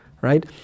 right